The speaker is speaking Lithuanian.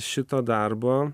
šito darbo